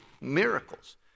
miracles